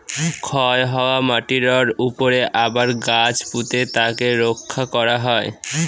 ক্ষয় হওয়া মাটিরর উপরে আবার গাছ পুঁতে তাকে রক্ষা করা হয়